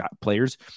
Players